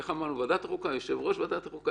איך אמרנו, ועדת החוקה או יושב-ראש ועדת החוקה?